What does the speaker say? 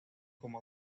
como